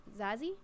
zazzy